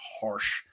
harsh